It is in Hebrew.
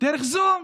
דרך הזום,